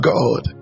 God